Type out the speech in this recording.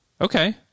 okay